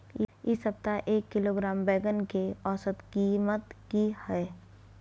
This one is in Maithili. इ सप्ताह एक किलोग्राम बैंगन के औसत कीमत की हय?